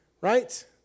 right